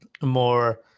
more